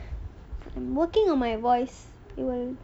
working on my voice